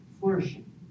flourishing